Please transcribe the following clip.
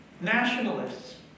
nationalists